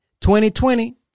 2020